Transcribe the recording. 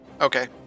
Okay